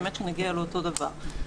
נגיע לאותו דבר.